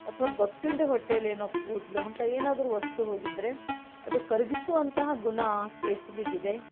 ಅಥವಾ ಗೊತ್ತಿಲ್ಲದೇ ಹೊಟ್ಟೆಲೇನೋ ಕೂದಲೋ ಅಂಥ ಏನಾದರೂ ವಸ್ತು ಹೋಗಿದ್ದರೆ ಅದು ಕರಗಿಸೋವಂಥ ಗುಣ ಕೆಸುವಿಗಿದೆ